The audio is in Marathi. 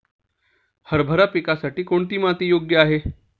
हरभरा पिकासाठी कोणती माती योग्य आहे?